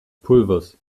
pulvers